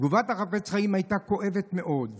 תגובת החפץ חיים הייתה כואבת מאוד,